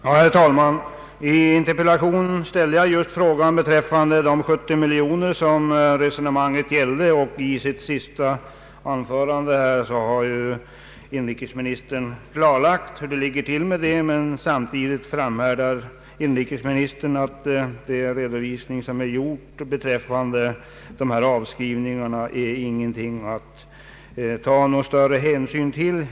Herr talman! I interpellationen ställde jag frågan om de 70 miljoner kronor som avskrivits för det ändamål det här gäller, och i sitt senaste anförande har industriministern klarlagt hur det hela ligger till. Men samtidigt framhärdar industriministern i sin uppfattning att den redovisning som gjorts beträffande avskrivningarna inte är någonting att ta större hänsyn till.